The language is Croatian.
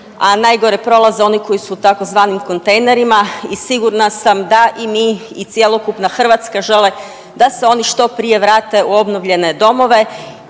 a najgore prolaze oni koji su u tzv. kontejnerima. I sigurna sam da i mi i cjelokupna Hrvatska žele da se oni što prije vrate u obnovljene domove